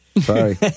Sorry